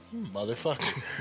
motherfucker